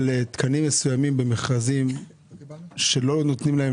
על תקנים מסוימים במכרזים שלא נותנים להם